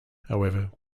however